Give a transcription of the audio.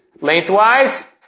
lengthwise